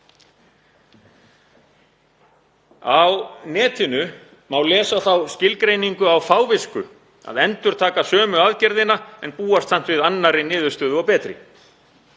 Á netinu má lesa þá skilgreiningu á fávisku að endurtaka sömu aðgerðina en búast samt við annarri niðurstöðu og betri.